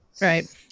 right